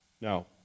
Now